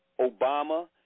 Obama